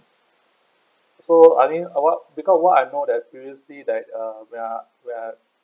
so I mean uh what because what I know that previously like uh when I when I